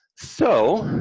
so,